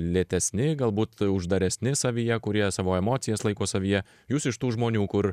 lėtesni galbūt uždaresni savyje kurie savo emocijas laiko savyje jūs iš tų žmonių kur